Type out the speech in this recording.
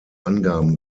angaben